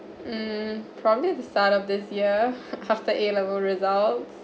hmm probably the start of this year after A level results